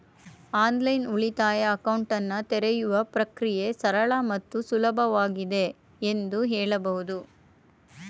online ಉಳಿತಾಯ ಅಕೌಂಟನ್ನ ತೆರೆಯುವ ಪ್ರಕ್ರಿಯೆ ಸರಳ ಮತ್ತು ಸುಲಭವಾಗಿದೆ ಎಂದು ಹೇಳಬಹುದು